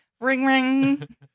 Ring-ring